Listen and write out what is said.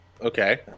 okay